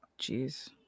Jeez